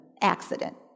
accident